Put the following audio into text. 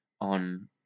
on